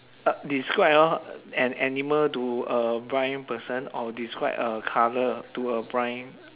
describe hor an animal to a blind person or describe a colour to a blind